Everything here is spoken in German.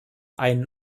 einen